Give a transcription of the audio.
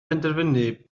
penderfynu